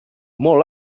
molt